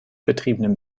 betriebenen